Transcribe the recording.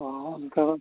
ᱦᱮᱸ ᱚᱱᱠᱟ ᱦᱚᱸ